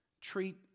treat